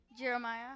Jeremiah